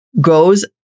goes